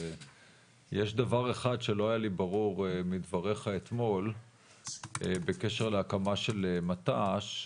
יש דבר אחד שלא היה לי ברור מדבריך אתמול בקשר להקמה של מט"ש.